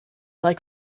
like